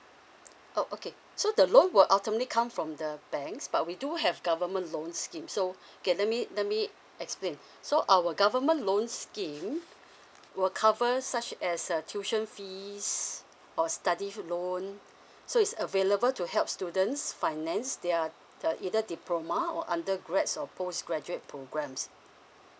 oh okay so the loan will ultimately come from the banks but we do have government loan scheme so okay let me let me explain so our government loans scheme will cover such as uh tuition fees or study loan so is available to help students finance their the either diploma or undergrads or postgraduate programs